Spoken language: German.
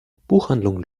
buchhandlung